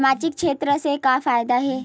सामजिक क्षेत्र से का फ़ायदा हे?